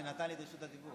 שנתן לי את רשות הדיבור.